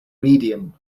medium